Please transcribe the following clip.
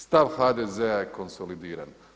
Stav HDZ-a je konsolidiran.